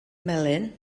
melyn